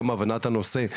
גם הבנת הנושא,